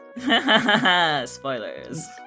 Spoilers